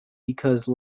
because